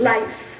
Life